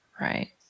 Right